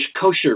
kosher